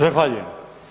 Zahvaljujem.